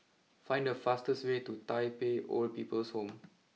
find the fastest way to Tai Pei Old People's Home